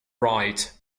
right